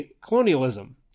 colonialism